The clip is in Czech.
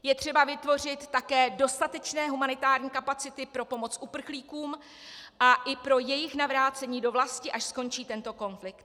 Je třeba vytvořit také dostatečné humanitární kapacity pro pomoc uprchlíkům a i pro jejich navrácení do vlasti, až skončí tento konflikt.